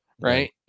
right